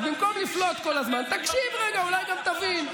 אז במקום לפלוט כל הזמן, תקשיב רגע, אולי גם תבין.